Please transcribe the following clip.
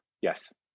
yes